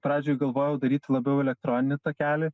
pradžioj galvojau daryti labiau elektroninį takelį